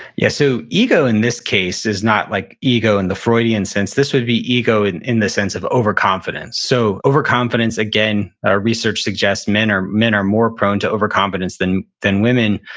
yeah. so ego in this case is not like ego in the freudian sense. this would be ego in in the sense of overconfidence. so overconfidence, again, our research suggests men are men are more prone to overconfidence than than women,